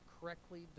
correctly